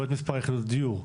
לא את מספר יחידות הדיור.